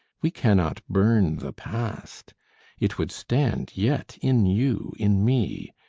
we cannot burn the past it would stand yet in you, in me.